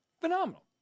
Phenomenal